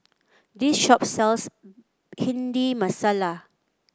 this shop sells Bhindi Masala